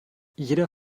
jeder